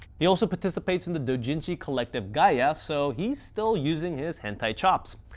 he also participates in the douinshi collective guy-ya so he's still using his hentai chops.